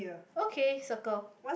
okay circle